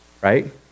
right